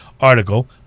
article